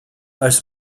als